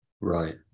Right